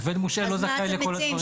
עובד מושעה לא זכאי לכלה דברים האלה.